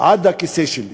עד הכיסא שלי.